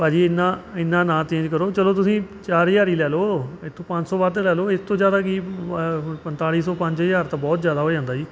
ਭਾਅ ਜੀ ਇੰਨਾ ਇੰਨਾ ਨਾ ਚੇਂਜ ਕਰੋ ਚਲੋ ਤੁਸੀਂ ਚਾਰ ਹਜ਼ਾਰ ਹੀ ਲੈ ਲਓ ਇੱਥੋਂ ਪੰਜ ਸੌ ਵੱਧ ਲੈ ਲਓ ਇਸ ਤੋਂ ਜ਼ਿਆਦਾ ਕੀ ਪੰਤਾਲੀ ਸੌ ਪੰਜ ਹਜ਼ਾਰ ਤਾਂ ਬਹੁਤ ਜ਼ਿਆਦਾ ਹੋ ਜਾਂਦਾ ਜੀ